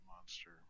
monster